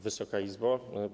Wysoka Izbo!